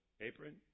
apron